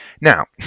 Now